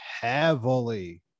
heavily